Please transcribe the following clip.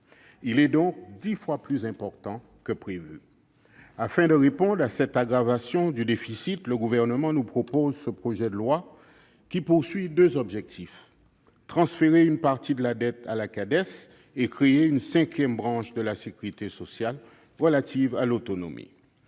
Il est donc dix fois plus important que prévu. Afin de répondre à l'aggravation du déficit, le Gouvernement nous présente ces projets de loi, qui visent deux objectifs : transférer une partie de la dette à la Cades et créer une cinquième branche de la sécurité sociale relative à l'autonomie.